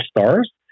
stars